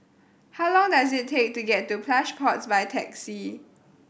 how long does it take to get to Plush Pods by taxi